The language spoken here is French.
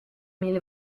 mille